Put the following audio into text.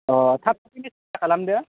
अ' थाब सफैनाय सेसथा खालामदो